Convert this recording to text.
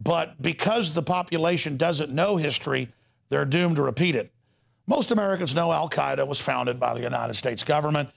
but because the population doesn't know history they're doomed to repeat it most americans know al qaeda was founded by the united states government